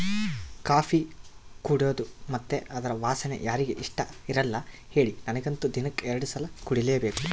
coffee ಕುಡೇದು ಮತ್ತೆ ಅದರ ವಾಸನೆ ಯಾರಿಗೆ ಇಷ್ಟಇರಲ್ಲ ಹೇಳಿ ನನಗಂತೂ ದಿನಕ್ಕ ಎರಡು ಸಲ ಕುಡಿಲೇಬೇಕು